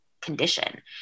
condition